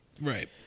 Right